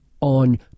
on